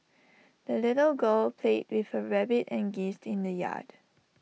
the little girl played with her rabbit and geese in the yard